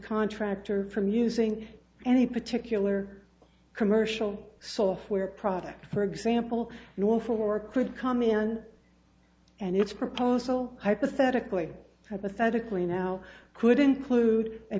contractor from using any particular commercial software product for example wolf or could come in and it's proposal hypothetically hypothetically now could include a